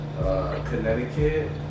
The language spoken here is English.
Connecticut